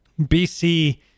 BC